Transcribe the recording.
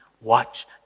Watch